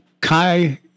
Kai